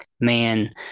Man